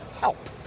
help